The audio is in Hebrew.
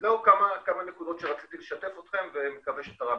אלה כמה נקודות שרציתי לשתף אתכם, מקווה שתרמתי.